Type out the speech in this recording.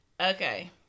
okay